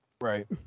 Right